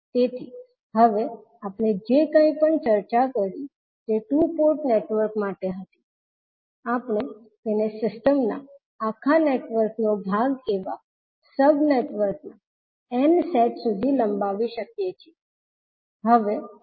તેથી હવે આપણે જે કંઈ પણ ચર્ચા કરી તે ટુ પોર્ટ નેટવર્ક્સ માટે હતી આપણે તેને સિસ્ટમના આખા નેટવર્કનો ભાગ એવા સબ નેટવર્કના n સેટ સુધી લંબાવી શકીએ છીએ